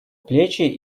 плечи